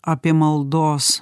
apie maldos